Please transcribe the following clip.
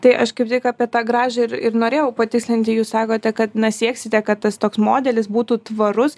tai aš kaip tik apie tą gražą ir ir norėjau patikslinti jūs sakote kad na sieksite kad tas toks modelis būtų tvarus